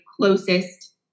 closest